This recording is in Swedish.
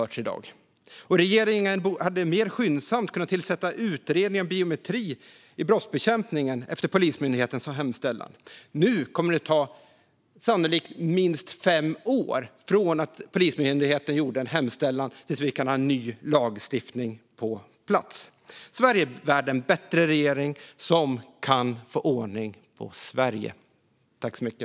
Regeringen hade mer skyndsamt kunnat tillsätta utredningen om biometri i brottsbekämpningen efter Polismyndighetens hemställan. Nu kommer det sannolikt att ta minst fem år från att Polismyndigheten gjorde en hemställan tills vi kan ha en ny lagstiftning på plats. Sverige är värd en bättre regering som kan få ordning på Sverige.